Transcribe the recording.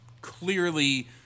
clearly